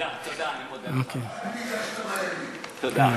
תודה, תודה.